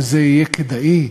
שזה יהיה כדאי?